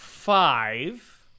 five